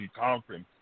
Conference